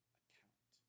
account